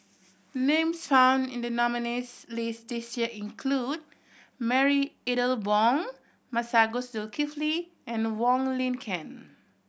names found in the nominees' list this year include Marie Ethel Bong Masagos Zulkifli and Wong Lin Ken